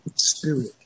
spirit